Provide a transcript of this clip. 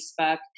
Facebook